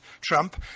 Trump